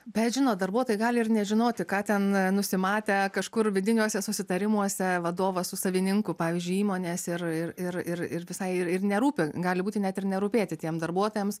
bet žinot darbuotojai gali ir nežinoti ką ten nusimatę kažkur vidiniuose susitarimuose vadovas su savininku pavyzdžiui įmonės ir ir ir ir visai ir nerūpi gali būti net ir nerūpėti tiems darbuotojams